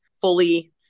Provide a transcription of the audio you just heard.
fully